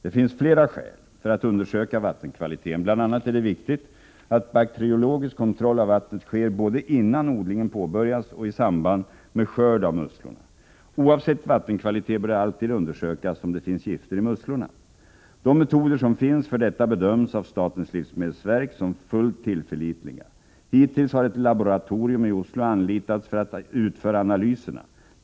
Det finns flera skäl för att undersöka vattenkvaliteten. Bl. a. är det viktigt att bakteriologisk kontroll av vattnet sker både innan odlingen påbörjas och i samband med skörden av musslorna. Oavsett vattenkvalitet bör det alltid undersökas om det finns gifter i musslorna. De metoder som finns för detta bedöms av statens livsmedelsverk som fullt tillförlitliga. Hittills har ett laboratorium i Oslo anlitats för att utföra analyserna.